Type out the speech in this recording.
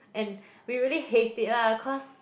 and we really hate it lah cause